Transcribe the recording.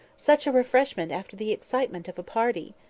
such a refreshment after the excitement of a party!